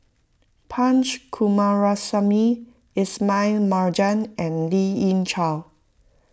Punch Coomaraswamy Ismail Marjan and Lien Ying Chow